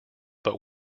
but